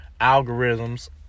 algorithms